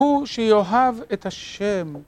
הוא שיאהב את השם.